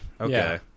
Okay